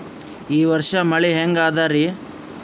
ಈ ವರ್ಷ ಮಳಿ ಹೆಂಗ ಅದಾರಿ?